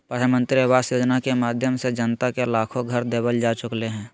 प्रधानमंत्री आवास योजना के माध्यम से जनता के लाखो घर देवल जा चुकलय हें